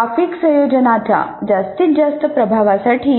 graphic संयोजनाच्या जास्तीत जास्त प्रभावासाठी